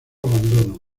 abandono